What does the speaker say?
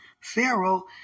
Pharaoh